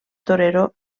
torero